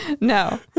no